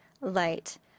light